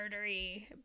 murdery